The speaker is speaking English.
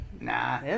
nah